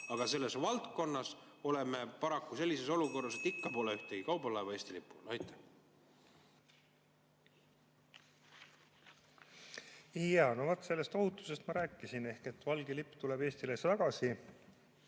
aga selles valdkonnas oleme paraku sellises olukorras, et ikka pole ühtegi kaubalaeva Eesti lipu all. No vaat sellest ohutusest ma rääkisin ehk et valge lipp tuleb Eestile tagasi.